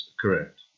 correct